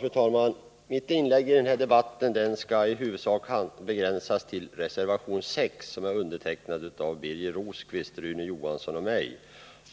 Fru talman! Mitt inlägg i den här debatten skall i huvudsak begränsas till att gälla reservation 6, som är undertecknad av Birger Rosqvist, Rune Johansson och mig.